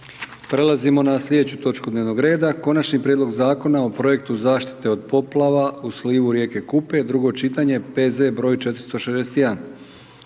Prelazimo na slijedeću točku dnevnog reda: - Konačni prijedlog Zakona o projektu zaštite od poplava u slivu rijeke Kupe, drugo čitanje, P.Z. broj 461.